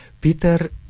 Peter